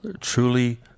truly